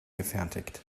gefertigt